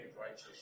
righteous